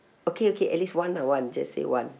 okay okay at least one lah one just say one